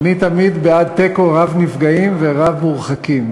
אני תמיד בעד תיקו רב-נפגעים ורב-מורחקים